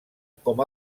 com